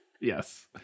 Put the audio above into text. yes